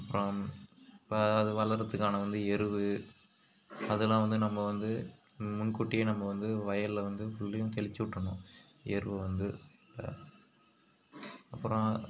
அப்புறம் இப்போ அது வளர்கிறத்துக்கான வந்து எரு அதெல்லாம் வந்து நம்ம வந்து முன்கூட்டியே நம்ம வந்து வயலில் வந்து உள்ளேயும் தெளித்து விட்ருணும் எருவை வந்து இப்போ அப்புறம்